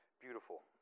beautiful